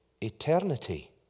eternity